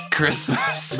Christmas